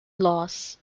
laws